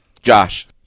Josh